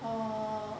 oh